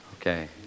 Okay